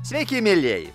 sveiki mielieji